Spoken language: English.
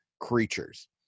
creatures